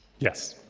yes.